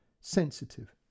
Sensitive